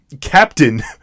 Captain